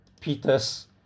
Peter's